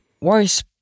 worse